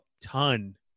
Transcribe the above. ton